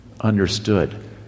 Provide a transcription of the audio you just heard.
Understood